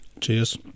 Cheers